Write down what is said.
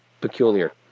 peculiar